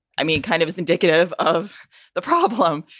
i mean, kind of is indicative of the problem,